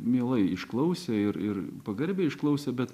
mielai išklausė ir ir pagarbiai išklausė bet